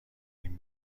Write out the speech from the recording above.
این